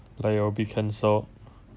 like your